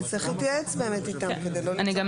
להתייעץ איתם כדי לא --- אני גם אגיד,